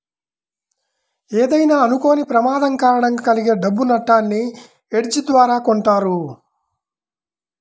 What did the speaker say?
ఏదైనా అనుకోని ప్రమాదం కారణంగా కలిగే డబ్బు నట్టాన్ని హెడ్జ్ ద్వారా కొంటారు